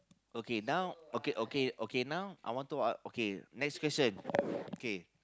okay now okay okay okay now I want to a~ okay next question okay